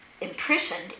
imprisoned